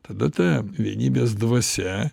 tada ta vienybės dvasia